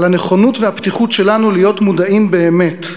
על הנכונות והפתיחות שלנו להיות מודעים באמת,